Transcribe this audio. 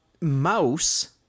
Mouse